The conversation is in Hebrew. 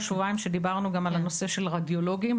שבועיים כשדיברנו גם על הנושא של רדיולוגים,